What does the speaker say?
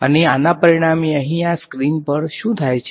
અને આના પરિણામે અહીં આ સ્ક્રીન પર શું થાય છે